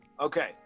Okay